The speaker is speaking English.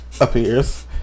appears